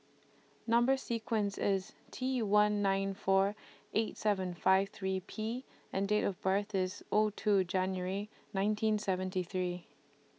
Number sequence IS T one nine four eight seven five three P and Date of birth IS O two January nineteen seventy three